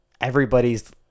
everybody's